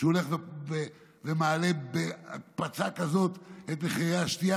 שהוא הולך ומעלה בהקפצה שכזאת את מחירי השתייה,